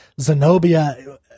Zenobia